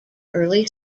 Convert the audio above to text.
early